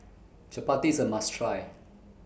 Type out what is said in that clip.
Chapati IS A must Try